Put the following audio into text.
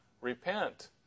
repent